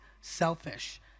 selfish